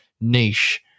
niche